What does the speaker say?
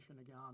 again